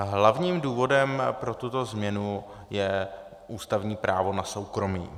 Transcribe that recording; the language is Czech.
Hlavním důvodem pro tuto změnu je ústavní právo na soukromí.